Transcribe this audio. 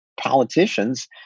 politicians